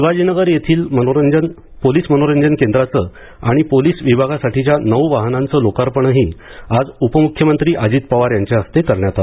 शिवाजीनगर येथील पोलीस मनोरंजन केंद्राचं आणि पोलीस विभागासाठीच्या नऊ वाहनांचं लोकार्पणही आज उपमुख्यमंत्री अजित पवार यांच्या हस्ते करण्यात आलं